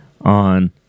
on